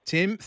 Tim